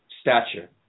stature